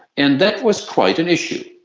and that was quite an issue,